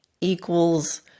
equals